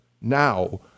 now